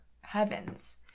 heavens